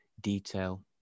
detail